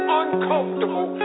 uncomfortable